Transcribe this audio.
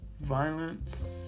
violence